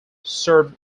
served